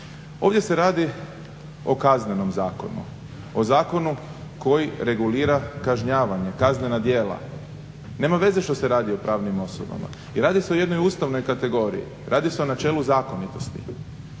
Ovdje se radi o Kaznenom zakonu, o zakonu koji regulira kažnjavanje, kaznena djela. Nema veze što se radi o pravnim osobama i radi se o jednoj ustavnoj kategoriji, radi se o načelu zakonitosti.